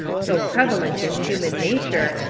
so prevalent in human nature,